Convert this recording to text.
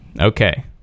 Okay